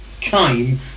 came